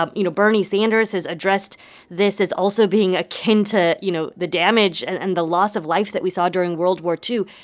um you know, bernie sanders has addressed this as also being akin to, you know, the damage and and the loss of life that we saw during world war ii.